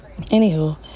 anywho